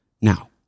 Now